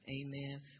amen